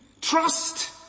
trust